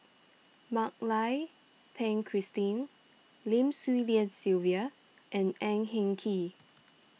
Mak Lai Peng Christine Lim Swee Lian Sylvia and Ang Hin Kee